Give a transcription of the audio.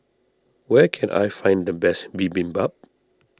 where can I find the best Bibimbap